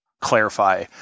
clarify